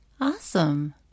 Awesome